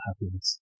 happiness